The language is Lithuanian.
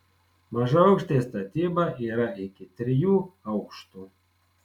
mažaaukštė statyba yra iki trijų aukštų